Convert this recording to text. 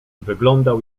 wyglądał